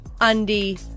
undie